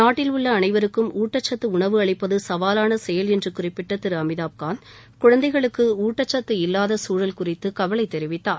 நாட்டில் உள்ள அனைவருக்கும் ஊட்டச்சத்து உணவு அளிப்பது சவாவான செயல் என்று குறிப்பிட்ட திரு அமிதாப்காந்த் குழந்தைகளுக்கு ஊட்டச்சத்து இல்லாத சூழல் குறித்து கவலை தெரிவித்தார்